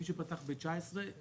מי שפתח ב-2019,